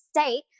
state